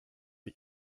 sie